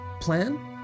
plan